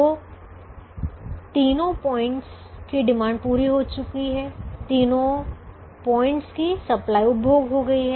तो तीनों पॉइंट्स की डिमांड पूरी हो गई है तीनों पॉइंट्स की सप्लाई उपभोग हो गई है